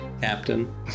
Captain